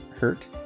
hurt